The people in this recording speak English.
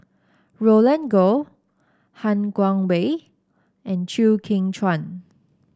Roland Goh Han Guangwei and Chew Kheng Chuan